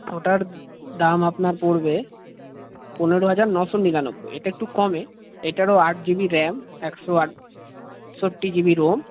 ওটার দাম আপনার পড়বে পনেরো হাজার নশো নিরানব্বই এটা একটু কমে এটারও আট জিবি র্যাম একশো আটষট্টি জিবি রম